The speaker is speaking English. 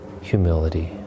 humility